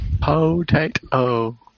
Potato